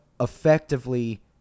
effectively